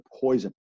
poison